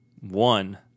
one